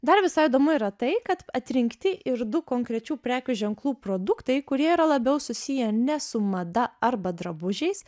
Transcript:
dar visai įdomu yra tai kad atrinkti ir du konkrečių prekių ženklų produktai kurie yra labiau susiję ne su mada arba drabužiais